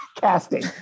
casting